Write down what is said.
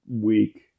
week